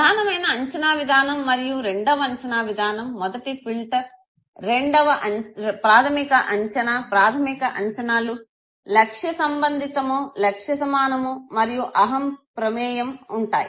ప్రధానమైన అంచనా విధానం మరియు రెండవ అంచనా విధానం మొదటి ఫిల్టర్ ప్రాథమిక అంచనా ప్రాథమిక అంచనాలు లక్ష్య సంబంధితము లక్ష్య సమానము మరియు అహం ప్రమేయం ఉంటాయి